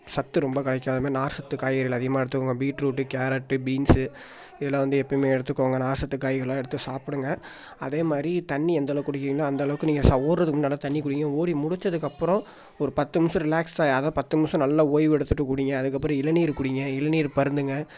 சத்து ரொம்ப கிடைக்கும் அது மாதிரி நார்சத்து காய்கறிகள் அதிகமாக எடுத்துக்கோங்க பீட்ரூட்டு கேரட்டு பீன்ஸு இதெலாம் வந்து எப்பயுமே எடுத்துக்கோங்க நார்சத்து காய்களாக எடுத்து சாப்பிடுங்க அதே மாதிரி தண்ணி எந்தளவுக்கு குடிக்கிறீங்களோ அந்தளவுக்கு நீங்கள் ச ஓடுறதுக்கு முன் நல்லா தண்ணி குடிங்க ஓடி முடிச்சதுக்கப்பறம் ஒரு பத்து நிமிஷம் ரிலாக்ஸை அதான் பத்து நிமிஷம் நல்ல ஒய்வு எடுத்துவிட்டு குடிங்க அதுக்கப்பறம் இளநீர் குடிங்க இளநீர் பருந்துங்க